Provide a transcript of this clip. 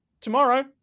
tomorrow